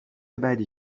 بدی